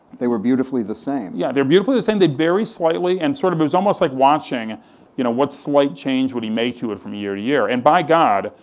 they were beautifully the same. yeah, they were beautifully the same, they'd vary slightly, and sort of it was almost like watching ah you know what slight change would he make to it from year to year, and by god,